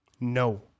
No